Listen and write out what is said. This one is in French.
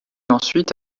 ensuite